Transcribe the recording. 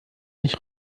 nicht